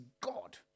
God